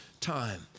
time